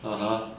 (uh huh)